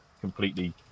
completely